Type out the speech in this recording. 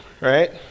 right